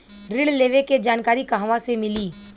ऋण लेवे के जानकारी कहवा से मिली?